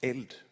Eld